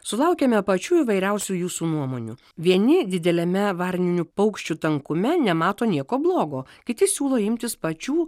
sulaukiame pačių įvairiausių jūsų nuomonių vieni dideliame varninių paukščių tankume nemato nieko blogo kiti siūlo imtis pačių